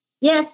Yes